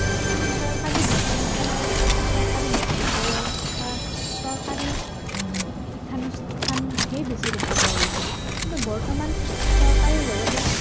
চৰকাৰী বিশ্ববিদ্যালয় বা চৰকাৰী মহাবিদ্যালয় বা চৰকাৰী শিক্ষানুষ্ঠানহে বেছি দেখা পোৱা গৈছিল কিন্তু বৰ্তমান চৰকাৰীৰ লগতে